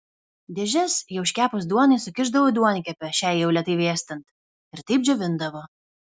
dėžes jau iškepus duonai sukišdavo į duonkepę šiai jau lėtai vėstant ir taip džiovindavo